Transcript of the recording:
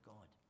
God